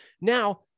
Now